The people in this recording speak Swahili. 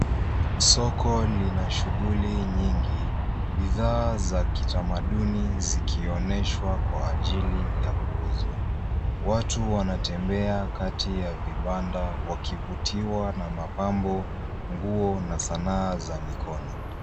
Soko lina shughuli nyingi, bidhaa za kitamaduni zikionyeshwa kwa ajili ya kuuzwa. Watu wanatembea kati ya vibanda wakivutiwa na mapambo, nguo na sanaa za mikono.